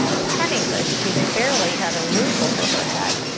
penniless, she barely had a roof over her head,